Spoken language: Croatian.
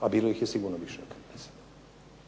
a bilo ih je sigurno više od 30.